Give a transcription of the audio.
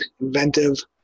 inventive